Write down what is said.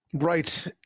right